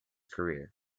career